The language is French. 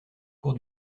cours